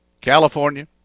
California